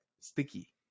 sticky